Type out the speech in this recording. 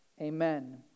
Amen